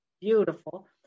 beautiful